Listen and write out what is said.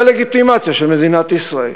דה-לגיטימציה של מדינת ישראל.